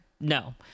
no